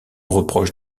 reproche